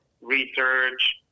research